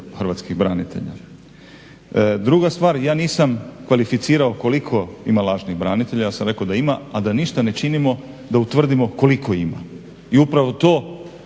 hrvatskih branitelja. Druga stvar, ja nisam kvalificirao koliko ima lažnih branitelja ja sam rekao da ima, a da ništa ne činimo da utvrdimo koliko ima. I upravo to